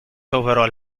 overall